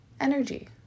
energy